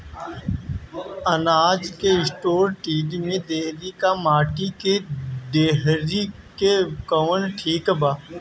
अनाज के store tin के डेहरी व माटी के डेहरी मे कवन ठीक बा?